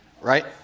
right